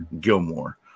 Gilmore